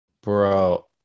Bro